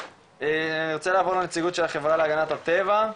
אני רוצה לעבור לנציגות של החברה להגנת הטבע,